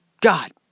God